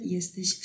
Jesteś